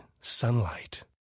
sunlight